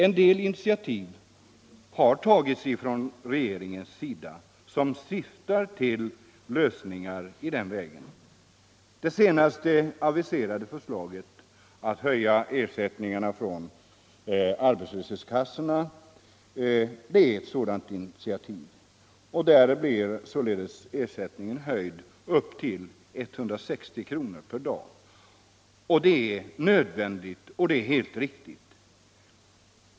En del initiativ har tagits från regeringens sida som syftar till lösningar i den vägen. Det senast aviserade förslaget att höja ersättningarna från arbetslöshetskassorna är ett sådant initiativ. Där höjs nu ersättningen till 160 kr. per dag. Detta är nödvändigt och helt riktigt.